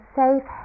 safe